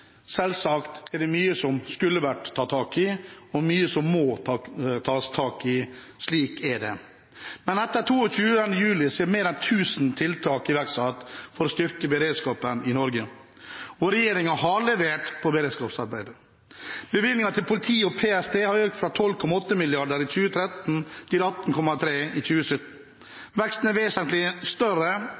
Selvsagt er det mye som skulle vært tatt tak i, og mye som må tas tak i – slik er det. Men etter 22. juli er mer enn tusen tiltak iverksatt for å styrke beredskapen i Norge, og regjeringen har levert på beredskapsarbeidet. Bevilgninger til politiet og PST har økt fra 12,8 mrd. kr i 2013 til 18,3 mrd. kr i 2017. Veksten er vesentlig større